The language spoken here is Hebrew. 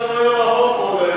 יש לנו יום ארוך פה עוד היום.